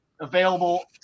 available